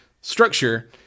structure